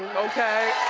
okay.